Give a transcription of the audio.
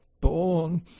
born